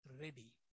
ready